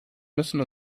müssen